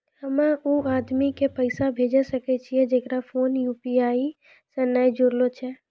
हम्मय उ आदमी के पैसा भेजै सकय छियै जेकरो फोन यु.पी.आई से नैय जूरलो छै?